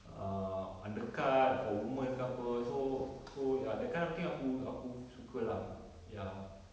err undercut for women ke apa so so ya that kind of thing aku aku suka lah ya